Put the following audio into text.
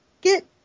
get